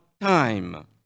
time